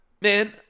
Man